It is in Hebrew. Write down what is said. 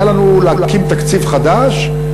היה לנו להקים תקציב חדש,